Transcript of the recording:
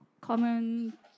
common